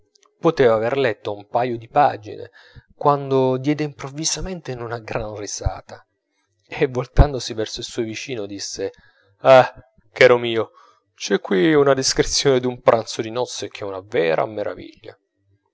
poteva aver letto un paio di pagine quando diede improvvisamente in una grande risata e voltandosi verso il suo vicino disse ah caro mio c'è qui una descrizione d'un pranzo di nozze che è una vera meraviglia